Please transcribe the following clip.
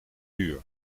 duur